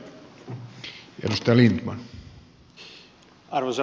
arvoisa puhemies